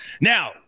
Now